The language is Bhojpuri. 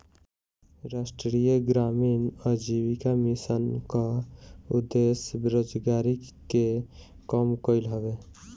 राष्ट्रीय ग्रामीण आजीविका मिशन कअ उद्देश्य बेरोजारी के कम कईल हवे